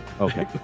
Okay